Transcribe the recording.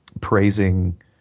praising